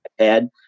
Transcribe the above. iPad